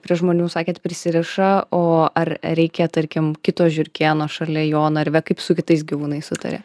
prie žmonių sakėt prisiriša o ar reikia tarkim kito žiurkėno šalia jo narve kaip su kitais gyvūnais sutaria